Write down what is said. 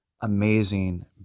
amazing